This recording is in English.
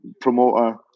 promoter